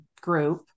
group